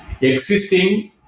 existing